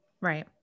Right